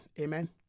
amen